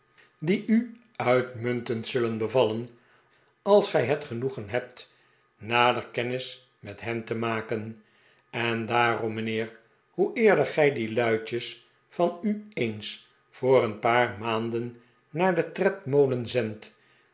die u uitmuntend zullen bevallen als gij het genoegen hebt nader kennis met hen te maken en daarom mijnheer hoe eerder gij die luitjes van u eens voor een paar maanden naar den tredmolen zendt